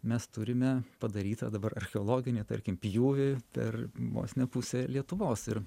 mes turime padarytą dabar archeologinį tarkim pjūvį per vos ne pusę lietuvos ir